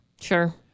Sure